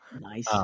Nice